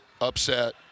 upset